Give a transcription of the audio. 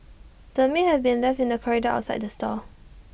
the meat had been left in the corridor outside the stall